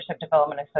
development